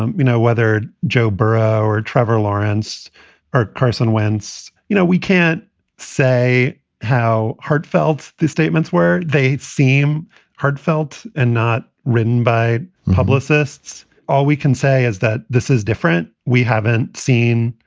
um you know, whether joe brown or trevor lawrence or carson wentz, wentz, you know, we can't say how heartfelt the statements were. they seem heartfelt and not written by publicists. all we can say is that this is different. we haven't seen,